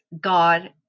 God